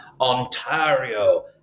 Ontario